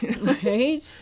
Right